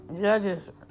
Judges